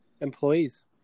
Employees